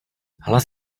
hlas